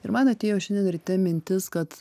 ir man atėjo šiandien ryte mintis kad